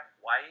white